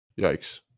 Yikes